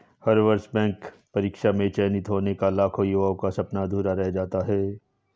हर वर्ष बैंक परीक्षा में चयनित होने का लाखों युवाओं का सपना अधूरा रह जाता है